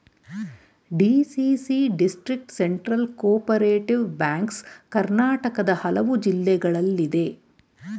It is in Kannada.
DCC district central cooperative banks ಕರ್ನಾಟಕದ ಹಲವು ಜಿಲ್ಲೆಗಳಲ್ಲಿದೆ